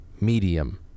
medium